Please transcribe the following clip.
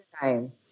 time